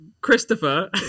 Christopher